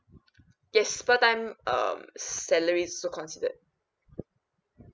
yes part time um salary is also considered